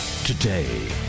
Today